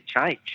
change